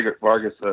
Vargas